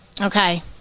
okay